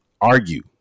argue